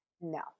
No